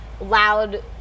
loud